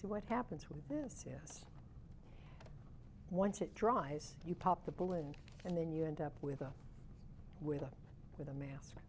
so what happens with this yes once it dries you pop the balloon and then you end up with up with up with a mask